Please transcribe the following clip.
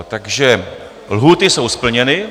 Takže lhůty jsou splněny.